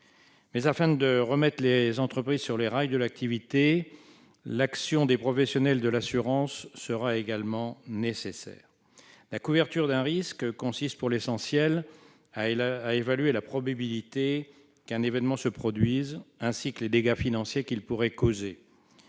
l'État. Pour remettre les entreprises sur les rails de l'activité, l'action des professionnels de l'assurance sera également nécessaire. La couverture d'un risque consiste pour l'essentiel à évaluer la probabilité qu'un événement se produise, ainsi que les dégâts financiers qu'il pourrait causer.